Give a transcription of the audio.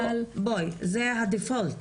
זה הדיפולט,